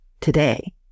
today